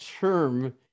term